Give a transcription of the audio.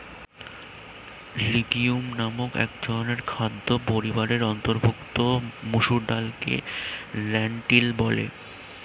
legume নামক একধরনের খাদ্য পরিবারের অন্তর্ভুক্ত মসুর ডালকে লেন্টিল বলে